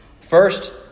First